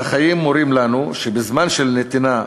החיים מורים לנו שבזמן של נתינה,